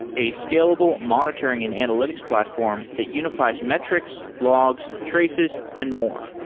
a scalable, monitoring and analytics platform that unifi es metrics, logs, traces and more.